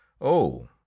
Oh